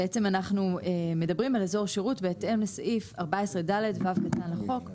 אנחנו מדברים על אזור שירות בהתאם לסעיף 14ד(ו) לחוק.